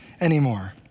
anymore